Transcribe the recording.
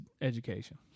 education